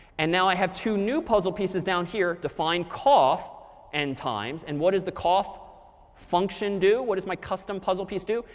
and now i have two new puzzle pieces down here define cough n times. and what does the cough function do? what does my custom puzzle piece do?